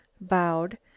BOWED